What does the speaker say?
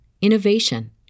innovation